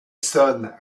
sonne